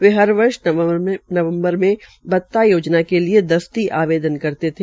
वे हर वर्ष नवम्बर में भत्ता योजना के लिए दस्ती आवेदन करते थे